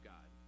God